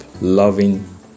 loving